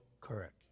correct